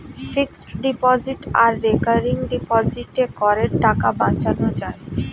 fixed deposit আর recurring ডিপোজিটে করের টাকা বাঁচানো যায়